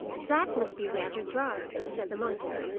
that must be rather dry said the monkey,